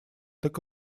так